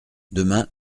demain